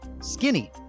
Skinny